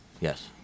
Yes